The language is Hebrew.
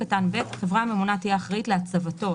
"(ב)החברה הממונה תהיה אחראית להצבתו,